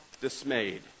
dismayed